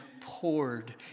poured